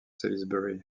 salisbury